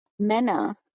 Mena